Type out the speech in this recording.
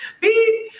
beep